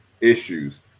issues